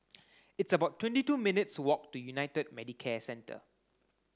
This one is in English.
it's about twenty two minutes' walk to United Medicare Centre